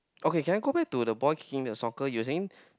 okay can I go back to the boy kicking the soccer using